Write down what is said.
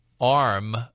arm